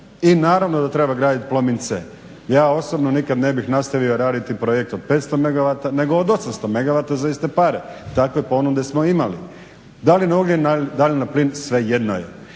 i naravno da treba graditi Plomin C. Ja osobno nikad ne bih nastavio raditi projekt od 500 MW nego od 80 MW za iste pare. Takve ponude smo imali. Da li na ugljen, da li na plin svejedno je.